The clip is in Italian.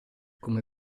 come